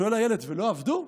שואל הילד: ולא עבדו?